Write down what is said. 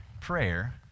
prayer